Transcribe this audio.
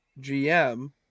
GM –